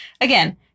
again